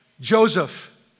Joseph